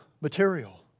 material